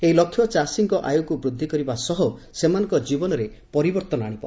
ଏହି ଲକ୍ଷ୍ୟ ଚାଷୀଙ୍କ ଆୟକୁ ବୃଦ୍ଧି କରିବା ସହ ସେମାନଙ୍କ କୀବନରେ ପରିବର୍ଭନ ଆଶିବ